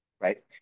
Right